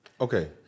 Okay